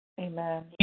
Amen